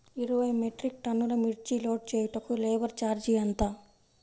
ఇరవై మెట్రిక్ టన్నులు మిర్చి లోడ్ చేయుటకు లేబర్ ఛార్జ్ ఎంత?